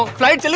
um flight